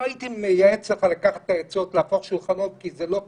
לא הייתי מייעץ לך לקחת את העצות להפוך שולחנות כי זה לא תרבותי,